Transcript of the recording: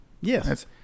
Yes